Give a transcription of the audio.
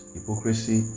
Hypocrisy